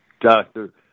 doctor